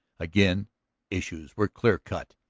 again issues were clear cut.